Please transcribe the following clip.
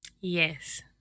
Yes